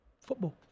football